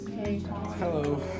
Hello